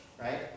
right